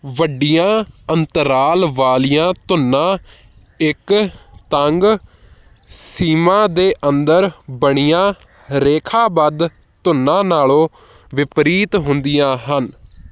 ਵੱਡੀਆਂ ਅੰਤਰਾਲ ਵਾਲੀਆਂ ਧੁਨਾਂ ਇੱਕ ਤੰਗ ਸੀਮਾ ਦੇ ਅੰਦਰ ਬਣੀਆਂ ਰੇਖਾਬੱਧ ਧੁਨਾਂ ਨਾਲੋਂ ਵਿਪਰੀਤ ਹੁੰਦੀਆਂ ਹਨ